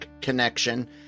connection